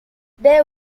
their